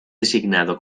designado